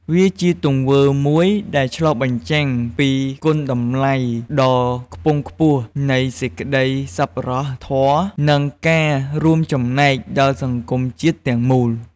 វាជាទង្វើមួយដែលឆ្លុះបញ្ចាំងពីគុណតម្លៃដ៏ខ្ពង់ខ្ពស់នៃសេចក្តីសប្បុរសធម៌ និងការរួមចំណែកដល់សង្គមជាតិទាំងមូល។